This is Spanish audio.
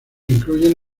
incluyen